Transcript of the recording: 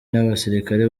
n’abasirikare